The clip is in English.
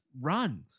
run